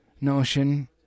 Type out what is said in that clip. notion